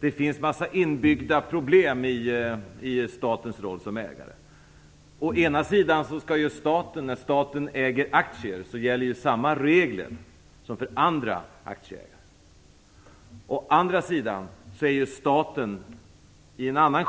Det finns en mängd inbyggda problem i statens roll som ägare. Å ena sidan gäller samma regler som för andra aktieägare när staten äger aktier. Å andra sidan är staten i en annan